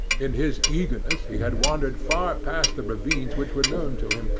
in his eagerness he had wandered far past the ravines which were known to him,